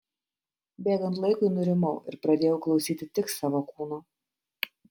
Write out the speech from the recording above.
bėgant laikui nurimau ir pradėjau klausyti tik savo kūno